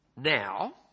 now